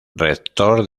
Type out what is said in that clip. rector